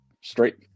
straight